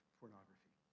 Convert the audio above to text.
pornography